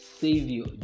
Savior